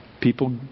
people